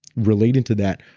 relating to that.